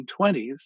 1920s